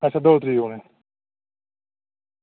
अच्छा दौ तरीक औने न